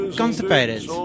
constipated